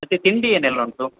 ಮತ್ತು ತಿಂಡಿ ಏನೆಲ್ಲ ಉಂಟು